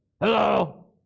hello